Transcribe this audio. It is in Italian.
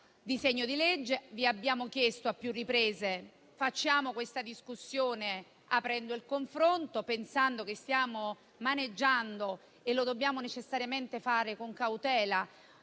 disegno di legge. Vi abbiamo chiesto a più riprese di fare questa discussione aprendo il confronto, pensando che stiamo maneggiando - e lo dobbiamo necessariamente fare con cautela